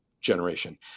generation